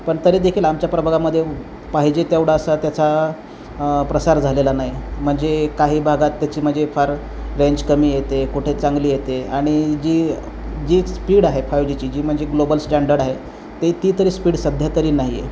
पण तरीदेखील आमच्या प्रभागामध्ये पाहिजे तेवढा असा त्याचा प्रसार झालेला नाही म्हणजे काही भागात त्याची म्हणजे फार रेंज कमी येते कुठे चांगली येते आणि जी जी स्पीड आहे फाईव जीची जी म्हणजे ग्लोबल स्टँडर्ड आहे ती ती तरी स्पीड सध्यातरी नाही आहे